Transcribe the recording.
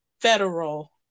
federal